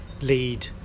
lead